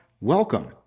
welcome